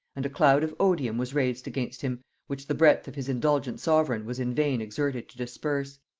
and a cloud of odium was raised against him which the breath of his indulgent sovereign was in vain exerted to disperse.